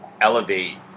elevate